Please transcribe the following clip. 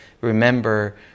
Remember